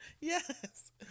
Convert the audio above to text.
yes